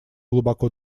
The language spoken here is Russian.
глубоко